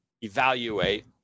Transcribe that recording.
evaluate